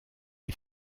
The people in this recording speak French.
est